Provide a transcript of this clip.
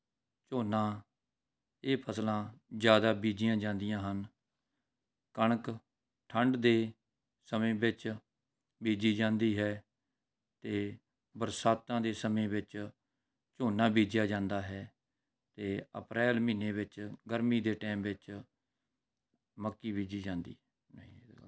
ਝੋਨਾ ਇਹ ਫਸਲਾਂ ਜ਼ਿਆਦਾ ਬੀਜੀਆਂ ਜਾਂਦੀਆਂ ਹਨ ਕਣਕ ਠੰਡ ਦੇ ਸਮੇਂ ਵਿੱਚ ਬੀਜੀ ਜਾਂਦੀ ਹੈ ਅਤੇ ਬਰਸਾਤਾਂ ਦੇ ਸਮੇਂ ਵਿੱਚ ਝੋਨਾ ਬੀਜਿਆ ਜਾਂਦਾ ਹੈ ਅਤੇ ਅਪ੍ਰੈਲ ਮਹੀਨੇ ਵਿੱਚ ਗਰਮੀ ਦੇ ਟਾਈਮ ਵਿੱਚ ਮੱਕੀ ਬੀਜੀ ਜਾਂਦੀ